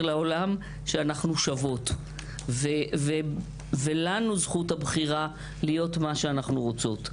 לעולם שאנחנו שוות ולנו זכות הבחירה להיות מה שאנחנו רוצות,